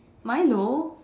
Milo